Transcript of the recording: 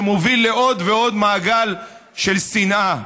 שמוביל לעוד ועוד מעגל של שנאה.